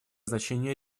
значение